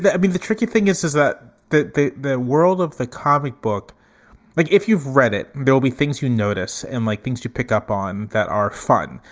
i mean, the tricky thing is, is that that the the world of the comic book like if you've read it, there'll be things you notice and like things you pick up on that are fun,